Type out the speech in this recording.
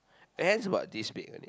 her hands are about this big only